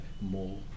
more